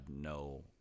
no